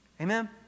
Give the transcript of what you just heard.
Amen